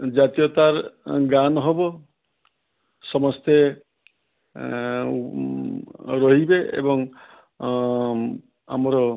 ଜାତୀୟତାର ଅଁ ଗାନ ହେବ ସମସ୍ତେ ଆଉ ରହିବେ ଏବଂ ଆମର